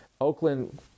Oakland